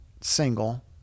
single